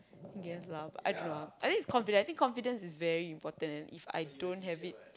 I guess lah I think is confidence I think confidence is very important If I don't have it